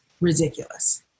ridiculous